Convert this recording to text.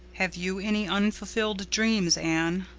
have you any unfulfilled dreams, anne?